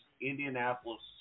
Indianapolis